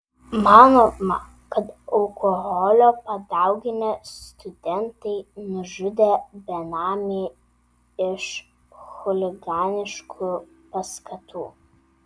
manoma kad alkoholio padauginę studentai nužudė benamį iš chuliganiškų paskatų